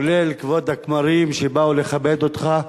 כולל כבוד הכמרים שבאו לכבד אותך,